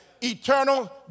eternal